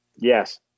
Yes